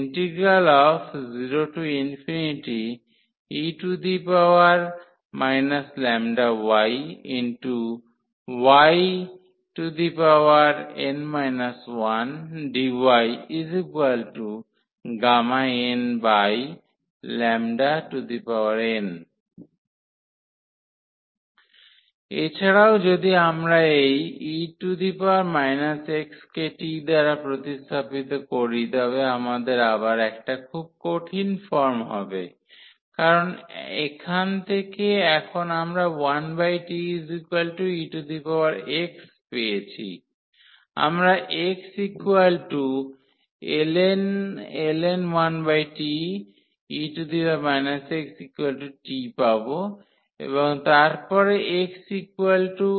0e λyyn 1dyΓnn এছাড়াও যদি আমরা এই e xt কে প্রতিস্থাপিত করি তবে আমাদের আবার একটা খুব কঠিন ফর্ম হবে কারণ এখান থেকে এখন আমরা 1tex পেয়েছি আমরা xln 1t e xt পাব এবং তারপরে xln 1t